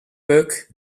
book